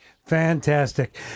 Fantastic